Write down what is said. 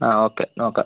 ആ ഓക്കെ നോക്കാം